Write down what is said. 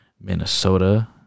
minnesota